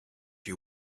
you